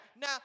Now